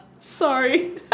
Sorry